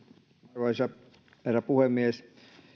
arvoisa herra puhemies